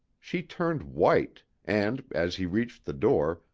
she turned white, and, as he reached the door,